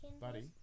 buddy